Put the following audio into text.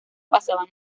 pasaban